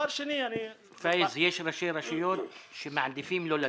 יש ראשי רשויות שמעדיפים לא לדעת.